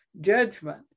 judgment